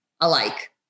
alike